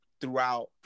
throughout